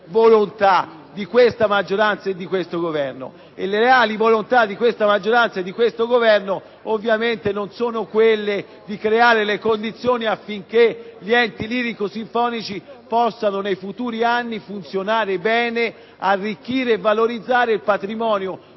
le reali volontà di questa maggioranza e di questo Governo: ovviamente non sono quelle di creare le condizioni affinché gli enti lirico-sinfonici possano negli anni futuri funzionare bene ed arricchire e valorizzare il patrimonio